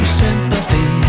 sympathy